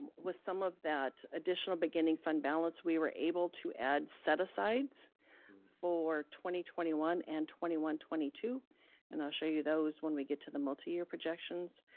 with some of that additional beginning fund balance we were able to add set-asides for twenty twenty one and twenty one twenty two and i'll show you those when we get to the multi-year projections.